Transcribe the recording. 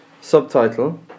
Subtitle